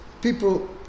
people